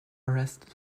arrested